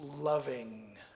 loving